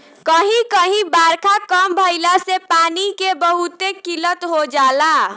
कही कही बारखा कम भईला से पानी के बहुते किल्लत हो जाला